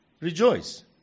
rejoice